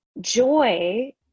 joy